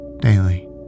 daily